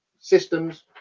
systems